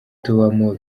tubamo